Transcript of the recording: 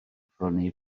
prynu